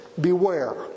Beware